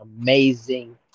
amazing